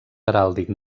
heràldic